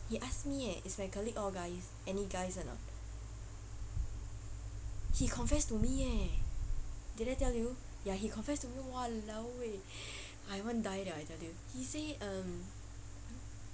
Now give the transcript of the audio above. he asked me eh is my colleague all guys any guys or not he confessed to me eh did I tell you ya he confessed to me !walao! eh I want die liao I tell you he say um